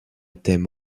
thème